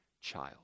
child